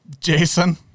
Jason